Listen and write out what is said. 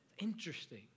interesting